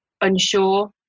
unsure